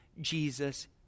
Jesus